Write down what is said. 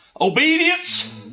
Obedience